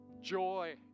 joy